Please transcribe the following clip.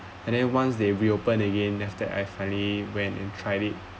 and then once they reopen again then after that I finally went and tried it